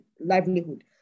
livelihood